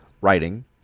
writing